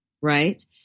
Right